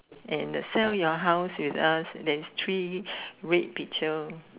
and the sell your house with us there's three red picture